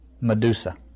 Medusa